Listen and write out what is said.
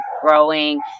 growing